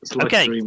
Okay